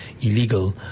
illegal